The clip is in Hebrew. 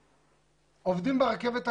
שעובדים ברכבת הקלה,